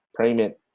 payment